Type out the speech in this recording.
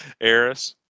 Eris